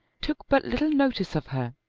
took but little notice of her,